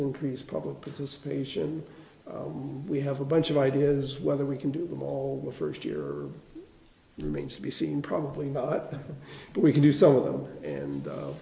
increase public participation we have a bunch of ideas whether we can do them all the first year or remains to be seen probably not but we can do some of them and